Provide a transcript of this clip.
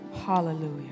Hallelujah